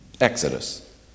Exodus